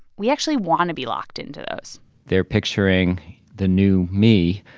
we actually want to be locked into those they're picturing the new me,